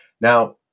Now